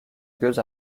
göz